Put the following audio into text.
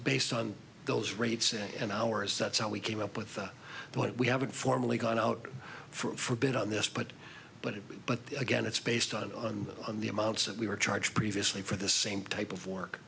based on those rates and ours that's how we came up with but we haven't formally gone out for a bit on this but but but again it's based on on the amounts that we were charged previously for the same type of work